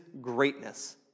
greatness